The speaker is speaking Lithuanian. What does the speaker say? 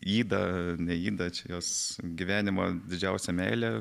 yda ne yda čia jos gyvenimą didžiausia meilė